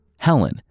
Helen